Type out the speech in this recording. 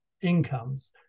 incomes